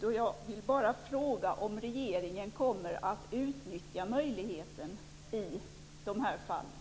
Jag vill fråga om regeringen kommer att utnyttja möjligheten i de här fallen.